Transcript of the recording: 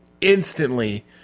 instantly